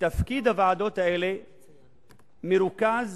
הוועדות האלה מרוכז